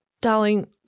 darling